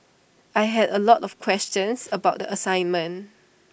I had A lot of questions about the assignment